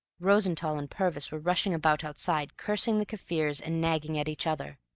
rosenthall and purvis were rushing about outside, cursing the kaffirs and nagging at each other.